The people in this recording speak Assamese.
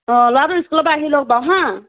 অ ল'ৰাটো স্কুলৰ পৰা আহি লওক বাৰু হা